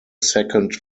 second